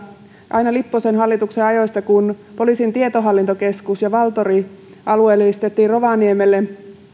aina lipposen hallituksen ajoista kun poliisin tietohallintokeskus ja valtori alueellistettiin rovaniemelle